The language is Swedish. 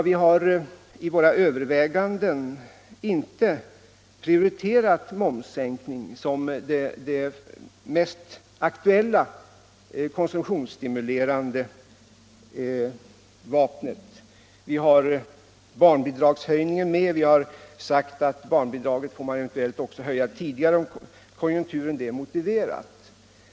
Vi har i våra överväganden inte prioriterat momssänkning som ett mer aktuellt konsumtionsstimulerande inslag. Vi har barnbidragshöjningen med, och vi har sagt att barnbidragen eventuellt får höjas tidigare, om konjunkturen det motiverar.